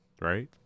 right